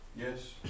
Yes